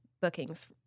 bookings